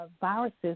viruses